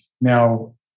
Now